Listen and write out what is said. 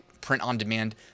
print-on-demand